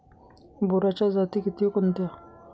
बोराच्या जाती किती व कोणत्या?